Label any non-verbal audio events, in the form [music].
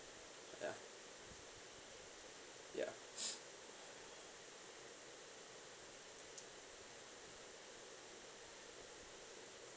ya ya [noise]